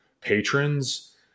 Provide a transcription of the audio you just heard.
patrons